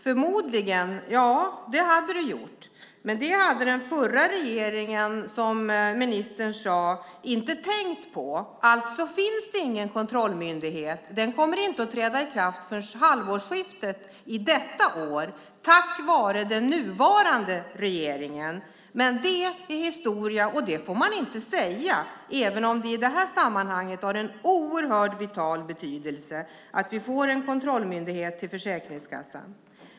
Förmodligen hade det gjort det, men det hade den förra regeringen, som ministern sade, inte tänkt på. Alltså finns det ingen kontrollmyndighet. Den kommer inte att träda i kraft förrän vid halvårsskiftet detta år - tack vare den nuvarande regeringen. Men det är historia, och det får man inte säga, även om det i det här sammanhanget har en oerhört vital betydelse att vi får en kontrollmyndighet till Försäkringskassan.